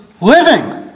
living